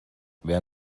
wer